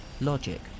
logic